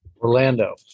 Orlando